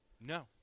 No